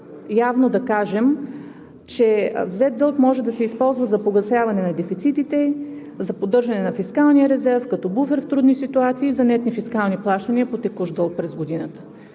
явно да кажем, че взет дълг може да се използва за погасяване на дефицитите, за поддържане на фискалния резерв, като буфер в трудни ситуации, за нетни фискални плащания по текущ дълг през годината.